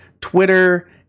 Twitter